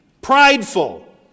prideful